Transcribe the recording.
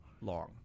long